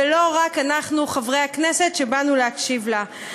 ולא רק אנחנו חברי הכנסת שבאנו להקשיב לה.